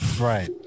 right